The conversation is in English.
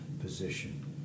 position